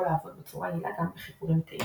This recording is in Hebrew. לעבוד בצורה יעילה גם בחיבורים איטיים.